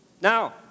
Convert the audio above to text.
Now